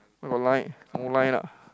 where got line no line lah